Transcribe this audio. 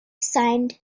signed